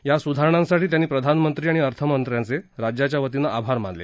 या स्धारणांसाठी त्यांनी प्रधानमंत्री आणि अर्थमंत्र्यांचे राज्याच्या वतीनं आभार मानले